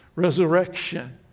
resurrection